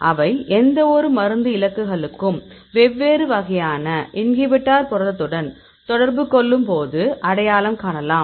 அவை எந்தவொரு மருந்து இலக்குகளுக்கும் வெவ்வேறு வகையான இன்ஹிபிட்டர் புரதத்துடன் தொடர்பு கொள்ளும்போது அடையாளம் காணலாம்